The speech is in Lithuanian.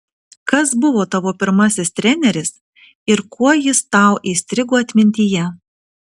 kas buvo tavo pirmasis treneris ir kuo jis tau įstrigo atmintyje